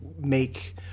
make